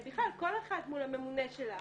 בכלל, כל אחת מול הממונה שלה.